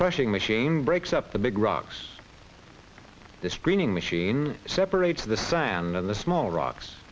crushing machine breaks up the big rocks the screening machine separates the sand and the small rocks